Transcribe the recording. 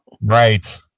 Right